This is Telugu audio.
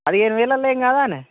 పదిహేను వేలల్లో ఏం కాదానే